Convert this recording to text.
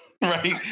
right